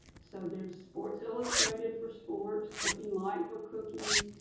so there's sports illustrated for sports. cooking light for cooking.